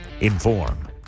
inform